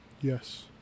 Yes